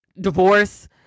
divorce